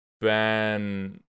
ban